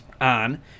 on